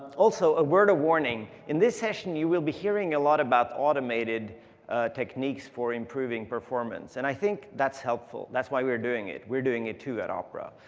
also, a word of warning. in this session you will be hearing a lot about automated techniques for improving performance. and i think that's helpful. that's why we're doing it. we're doing it too at opera.